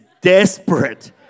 desperate